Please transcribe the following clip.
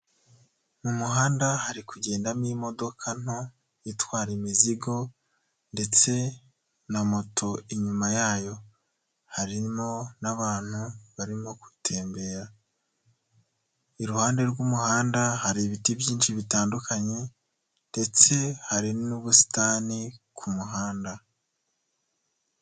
Mu muhanda hari kugendamo imodoka nto, itwara imizigo ndetse na moto inyuma yayo, harimo n'abantu barimo gutembera, iruhande rw'umuhanda hari ibiti byinshi bitandukanye, ndetse hari n'ubusitani ku muhanda.